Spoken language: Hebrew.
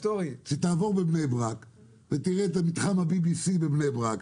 שתעבור בבני ברק ותראה את מתחם ה-BBC בבני ברק,